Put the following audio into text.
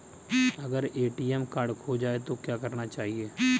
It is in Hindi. अगर ए.टी.एम कार्ड खो जाए तो क्या करना चाहिए?